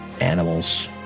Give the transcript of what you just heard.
Animals